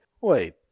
Wait